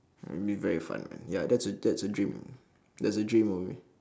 will be very fun ya that's a that's a dream that's a dream of me